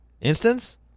Instance